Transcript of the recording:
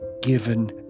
given